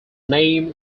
name